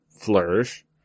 flourish